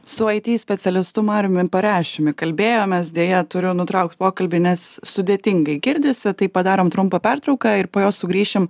su it specialistu mariumi pareščiumi kalbėjomės deja turiu nutraukt pokalbį nes sudėtingai girdisi tai padarom trumpą pertrauką ir po jos sugrįšim